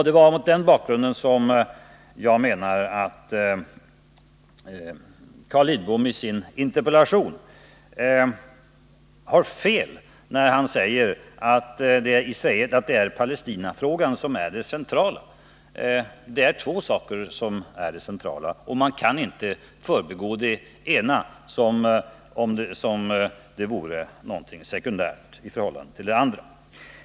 Det är mot denna bakgrund som jag menar att Carl Lidbom har fel i sin interpellation när han säger att det är Palestinafrågan som är det centrala. Det är två saker som är det centrala, och man kan inte förbigå den ena som om den vore sekundär i förhållande till den andra.